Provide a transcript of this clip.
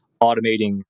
automating